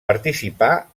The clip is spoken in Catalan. participà